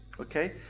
okay